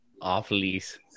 off-lease